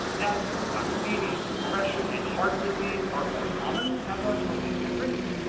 asthma, diabetes, depression, and heart disease are more common, as are smoking and drinking.